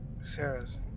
Sarah's